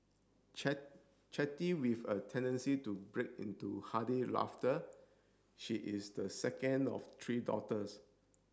Chatty with a tendency to break into hearty laughter she is the second of three daughters